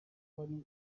wari